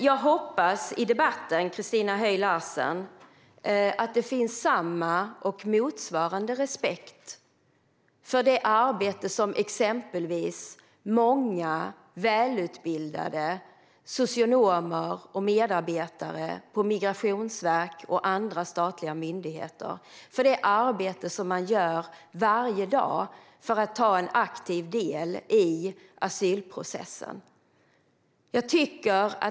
Jag hoppas att det i debatten, Christina Höj Larsen, finns samma och motsvarande respekt för det arbete som exempelvis många välutbildade socionomer och medarbetare på Migrationsverket och andra statliga myndigheter gör varje dag för att ta en aktiv del i asylprocessen.